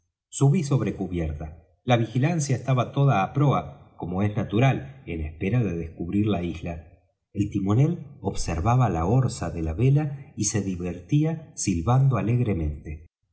subí sobre cubierta la vigilancia estaba toda á proa como es natural en espera de descubrir la isla el timonel observaba la orza de la vela y se divertía silbando alegremente